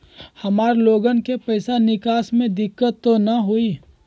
हमार लोगन के पैसा निकास में दिक्कत त न होई?